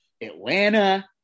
Atlanta